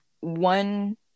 One